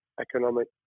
economic